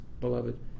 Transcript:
beloved